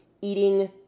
eating